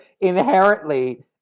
inherently